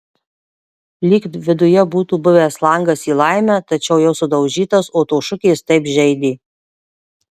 lyg viduje būtų buvęs langas į laimę tačiau jau sudaužytas o tos šukės taip žeidė